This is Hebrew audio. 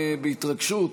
בהתרגשות,